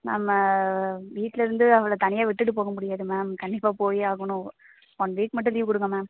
ma'am வீட்டில் இருந்து அவளை தனியாக விட்டுவிட்டு போகமுடியாது மேம் கண்டிப்பாக போயே ஆகணும் ஒன் வீக் மட்டும் லீவு கொடுங்க மேம்